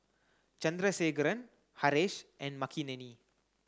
Chandrasekaran Haresh and Makineni